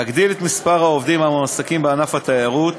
תגדיל את מספר העובדים המועסקים בענף התיירות